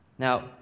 Now